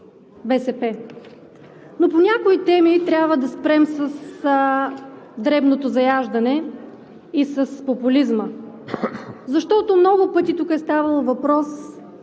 БСП. Но по някои теми трябва да спрем с дребното заяждане и с популизма, защото много пъти тук е ставало въпрос